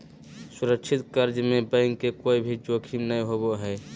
सुरक्षित कर्ज में बैंक के कोय भी जोखिम नय होबो हय